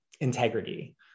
integrity